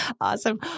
Awesome